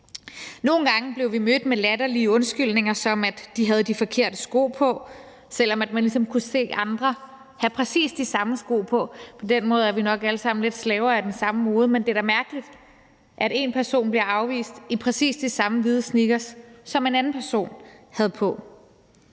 Nogle gange blev vi mødt med latterlige undskyldninger, som at de havde de forkerte sko på, selv om man ligesom kunne se andre have præcis den samme slags sko på – på den måde er vi nok alle sammen lidt slaver af den samme mode – men det er da mærkeligt, at en person i hvide sneakers af samme slags som dem, en anden person havde på,